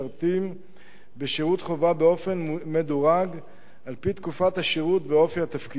בשירות חובה באופן מדורג על-פי תקופת השירות ואופי התפקיד.